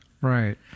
Right